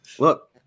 Look